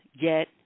get